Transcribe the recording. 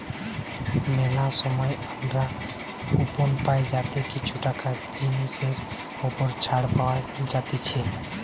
মেলা সময় আমরা কুপন পাই যাতে কিছু টাকা জিনিসের ওপর ছাড় পাওয়া যাতিছে